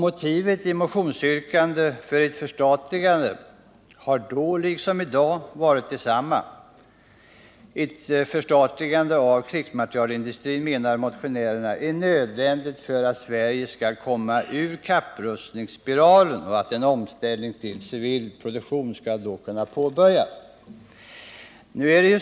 Motivet i motionsyrkandena om ett förstatligande har då liksom i dag varit desamma. Ett förstatligande av krigsmaterielindustrin, menar motionärerna, är nödvändigt för att Sverige skall komma ur kapprustningsspiralen och för att en omställning till civil produktion skall kunna påbörjas.